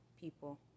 people